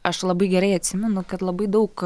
aš labai gerai atsimenu kad labai daug